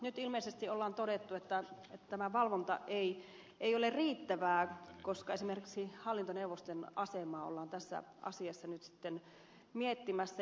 nyt ilmeisesti on todettu että tämä valvonta ei ole riittävää koska esimerkiksi hallintoneuvoston asemaa ollaan tässä asiassa nyt sitten miettimässä